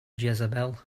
jezebel